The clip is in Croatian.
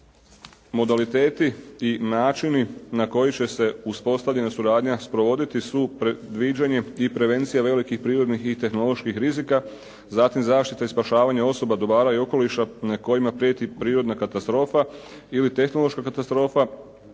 Modaliteti i načini na koji će se uspostavljena suradnja sprovoditi su predviđeni i prevencija velikih prirodnih i tehnoloških rizika, zatim zaštita i spašavanje osoba, dobara i okoliša kojima prijeti prirodna katastrofa ili tehnološka katastrofa,